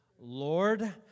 Lord